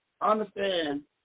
understand